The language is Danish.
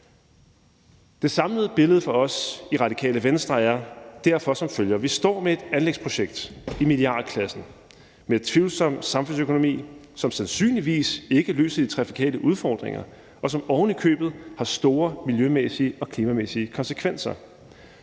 Det samlede billede for os i Radikale Venstre er derfor som følger: Vi står med et anlægsprojekt i milliardklassen og med tvivlsom samfundsøkonomi, som sandsynligvis ikke løser de trafikale udfordringer, og som ovenikøbet har store miljømæssige og klimamæssige konsekvenser.